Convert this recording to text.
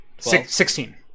Sixteen